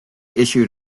issued